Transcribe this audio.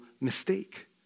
mistake